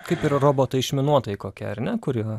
kaip ir robotai išminuotojai kokie ar ne kurie